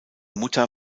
mutter